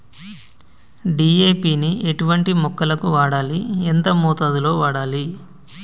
DAP ని ఎటువంటి మొక్కలకు వాడాలి? ఎంత మోతాదులో వాడాలి?